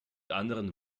anderen